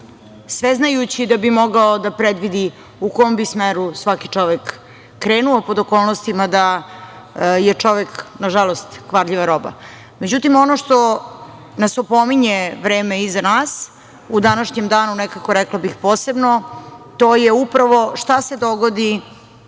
sveznajući da bi mogao da predvidi u kom bi smeru svaki čovek krenuo pod okolnostima da je čovek nažalost kvarljiva roba. Međutim, ono što nas opominje vreme iza nas u današnjem danu, nekako rekla bih posebno, to je upravo šta se dogodi